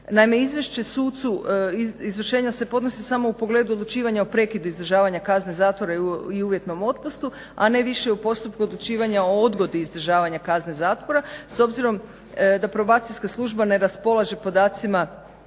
izvješće sucu izvršenja se podnosi samo u pogledu odlučivanja o prekidu izdržavanja kazne zatvora i uvjetnom otpustu, a ne više u postupku odlučivanja o odgodi izdržavanja kazne zatvora. S obzirom da probacijska služba ne raspolaže podacima